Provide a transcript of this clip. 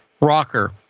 rocker